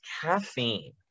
caffeine